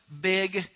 big